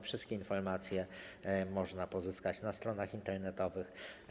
Wszystkie informacje można pozyskać na stronach internetowych.